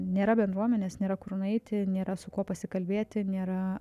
nėra bendruomenės nėra kur nueiti nėra su kuo pasikalbėti nėra